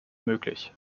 möglich